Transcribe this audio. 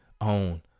own